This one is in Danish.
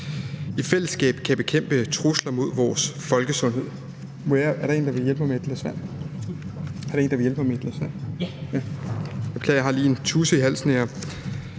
i fællesskab kan bekæmpe trusler mod vores folkesundhed.